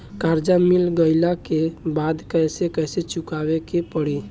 कर्जा मिल गईला के बाद कैसे कैसे चुकावे के पड़ी?